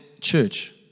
church